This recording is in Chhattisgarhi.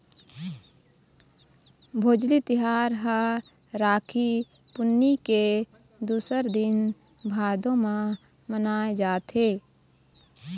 भोजली तिहार ह राखी पुन्नी के दूसर दिन भादो म मनाए जाथे